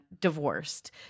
divorced